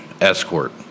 escort